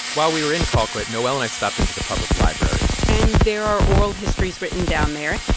while we were in colquitt, noel and i stopped in to the public library and there are oral histories written down there,